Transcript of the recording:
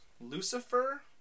Lucifer